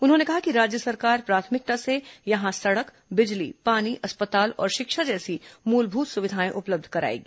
उन्होंने कहा कि राज्य सरकार प्राथमिकता से यहां सड़क बिजली पानी अस्पताल और शिक्षा जैसी मुलभुत सुविधाएं उपलब्ध कराएगी